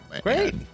Great